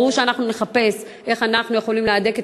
ברור שאנחנו נחפש איך אנחנו יכולים להדק את